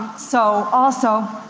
so also,